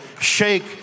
shake